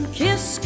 kiss